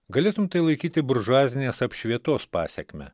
galėtum tai laikyti buržuazinės apšvietos pasekme